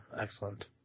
Excellent